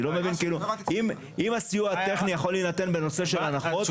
אם הסיוע הטכני יכול להינתן בנושא של הנחות,